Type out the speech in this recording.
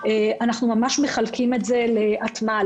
אנחנו ממש מחלקים את זה לפי נתוני הטמעה.